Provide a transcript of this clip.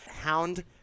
Hound